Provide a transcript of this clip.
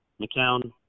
McCown